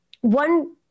one